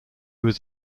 was